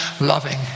loving